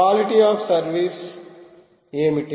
quality of service ఏమిటి